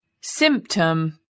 Symptom